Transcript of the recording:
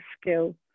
skill